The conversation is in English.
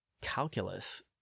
calculus